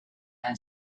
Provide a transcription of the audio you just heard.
and